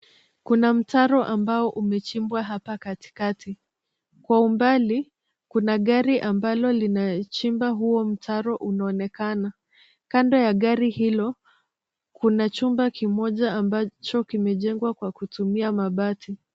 Kuna mtaro ambao umechimbwa hapa katikati kwa umbali kuna gari ambalo linachimba huo unaonekana. Kando ya gari hilo kuna chumba kimoja ambacho kimejengwa kwa kutumia mabati.